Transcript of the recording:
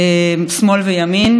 שמאל וימין,